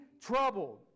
troubled